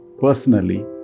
personally